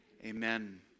Amen